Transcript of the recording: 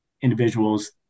individuals